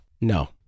No